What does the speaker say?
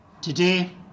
Today